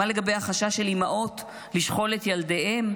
מה לגבי החשש של אימהות לשכול את ילדיהם?